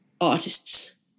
artists